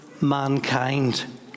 mankind